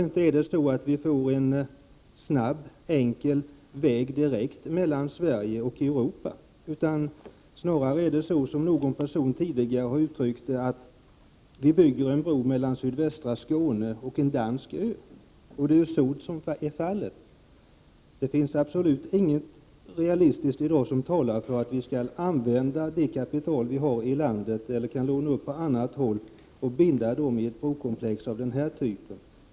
Inte är det så att vi får en snabb och enkel väg direkt mellan Sverige och det övriga Europa. Snarare är det så, som Prot. 1988/89:35 någon tidigare har uttryckt saken, att vi bygger en bro mellan sydvästra 30 november 1988 Skåne och en dansk ö. Det är ju detta som blir fallet. Det finns i dag inga Jä. oden realiteter som talar för att vi skall använda det kapital vi har i landet eller kan låna på annat håll för att bygga ett brokomplex av den här typen.